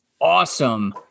Awesome